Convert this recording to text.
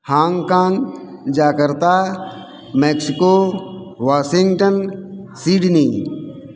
Hong Kong Jakarta Mexico Washington Sydney